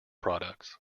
products